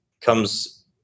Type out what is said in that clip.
comes